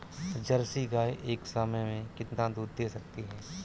Jersey गाय एक समय में कितना दूध दे सकती है?